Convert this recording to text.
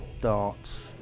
darts